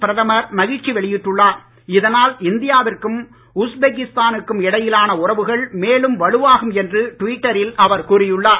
பிரதமர் மகிழ்ச்சி குறித்தும் இதனால் இந்தியாவிற்கும் உஸ்பெகஜஸ்தானுக்கும் இடையிலான உறவுகள் மேலும் வலுவாகும் என்று ட்விட்டரில் அவர் கூறியுள்ளார்